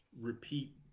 repeat